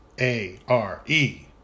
A-R-E